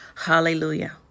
Hallelujah